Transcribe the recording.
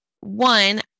one